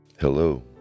Hello